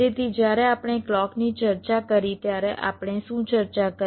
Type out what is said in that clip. તેથી જ્યારે આપણે ક્લૉકની ચર્ચા કરી ત્યારે આપણે શું ચર્ચા કરી